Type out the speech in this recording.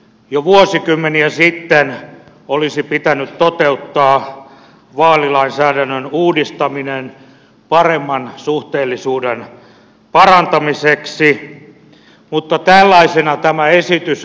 jo vuosikymmeniä sitten olisi pitänyt toteuttaa vaalilainsäädännön uudistaminen paremman suhteellisuuden parantamiseksi mutta tällaisena tämä esitys on torso